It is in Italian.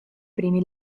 primi